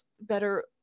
better